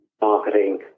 marketing